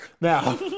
Now